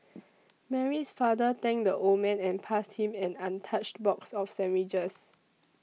Mary's father thanked the old man and passed him an untouched box of sandwiches